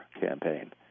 campaign